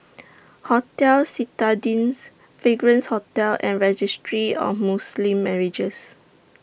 Hotel Citadines Fragrance Hotel and Registry of Muslim Marriages